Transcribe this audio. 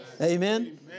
Amen